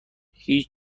هیچ